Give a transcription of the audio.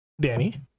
Danny